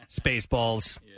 spaceballs